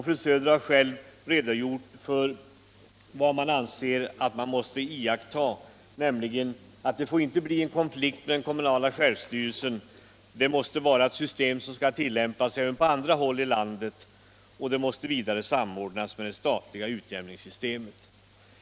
Fru Söder har själv redogjort för vad utskottet anser måste iakttas, nämligen att det inte får bli en konflikt med den kommunala självstyrelsen. Det måste vara ett system som kan ullämpas även på andra håll i landet, och det måste vidare samordnas med det statliga utjämningssystemet.